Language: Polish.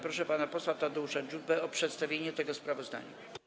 Proszę pana posła Tadeusza Dziubę o przedstawienie tego sprawozdania.